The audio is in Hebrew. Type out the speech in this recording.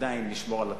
עדיין לשמור על התחרות.